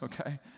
okay